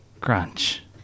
crunch